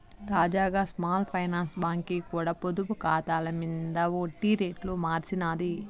తాజాగా small finance బాంకీ కూడా పొదుపు కాతాల మింద ఒడ్డి రేట్లు మార్సినాది